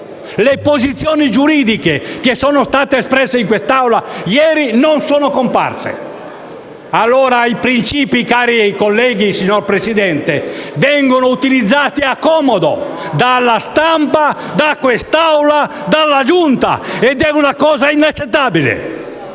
le posizioni giuridiche che sono state espresse in quest'Aula ieri non sono comparse. I principi, cari colleghi, signor Presidente, vengono allora utilizzati a comodo dalla stampa, da quest'Assemblea e dalla Giunta: è una cosa inaccettabile.